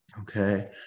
okay